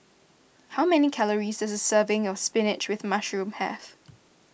how many calories does a serving of Spinach with Mushroom have